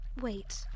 Wait